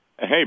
Hey